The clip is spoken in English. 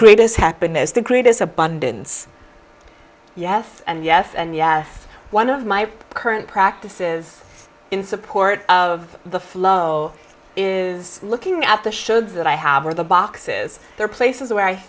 greatest happiness the greatest abundance yes and yes and yes one of my current practices in support of the flaw is looking at the show that i have or the boxes or places where i